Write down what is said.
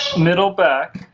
middle back